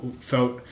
felt